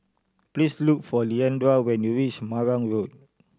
please look for Leandra when you reach Marang Road